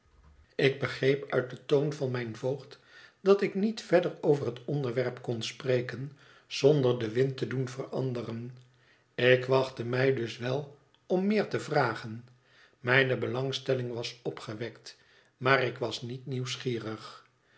ik begreep uit den toon van mijn voogd dat ik niet verder over het onderwerp kon spreken zonder den wind te doen veranderen ik wachtte mij dus wel om meer te vragen mijne belangstelling was opgewekt maar ik was niet nieuwsgierig